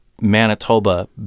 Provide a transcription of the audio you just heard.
Manitoba